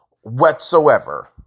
whatsoever